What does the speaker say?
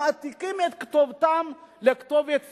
מעתיקים את כתובתם לכתובת פיקטיבית.